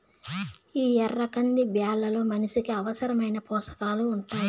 ఈ ఎర్ర కంది బ్యాళ్ళలో మనిషికి అవసరమైన పోషకాలు ఉంటాయి